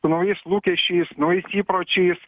su naujais lūkesčiais naujais įpročiais